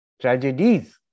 tragedies